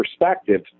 perspective